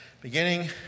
Beginning